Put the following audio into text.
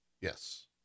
Yes